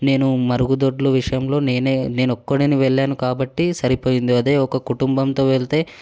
నేను మరుగుదొడ్లు విషయంలో నేనే నేను ఒక్కడినే వెళ్ళాను కాబట్టి సరిపోయింది అదే ఒక కుటుంబంతో వెళ్తే